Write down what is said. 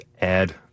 add